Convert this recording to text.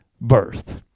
birth